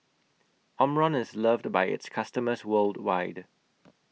Omron IS loved By its customers worldwide